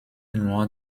nur